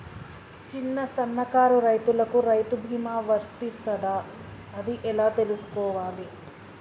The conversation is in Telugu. చిన్న సన్నకారు రైతులకు రైతు బీమా వర్తిస్తదా అది ఎలా తెలుసుకోవాలి?